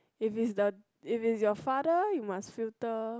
if is the if is your father you must filter